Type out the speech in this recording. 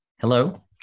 Hello